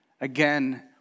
Again